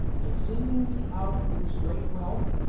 in singling me out for this great wealth,